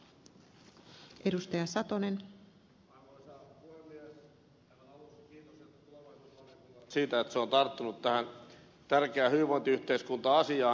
aivan aluksi kiitokset tulevaisuusvaliokunnalle siitä että se on tarttunut tähän tärkeään hyvinvointiyhteiskunta asiaan